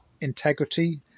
integrity